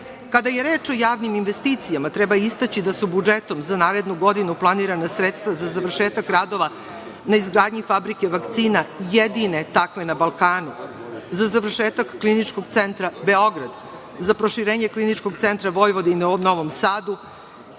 je reč o javnim investicijama, treba istaći da su budžetom za narednu godinu planirana sredstva za završetak radova na izgradnji fabrike vakcina, jedine takve na Balkanu, za završetak Kliničkog centra Beograd, za proširenje Kliničkog centra Vojvodina u Novom Sadu,